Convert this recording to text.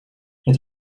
het